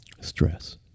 Stress